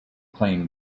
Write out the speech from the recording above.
claimed